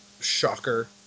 shocker